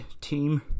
team